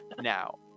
Now